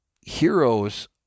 heroes